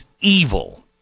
evil